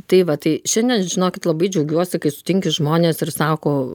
tai va tai šiandien žinokit labai džiaugiuosi kai sutinki žmones ir sako